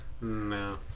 No